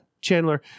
Chandler